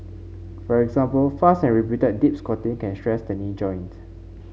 for example fast and repeated deep squatting can stress the knee joint